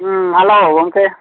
hello ᱜᱚᱢᱠᱮ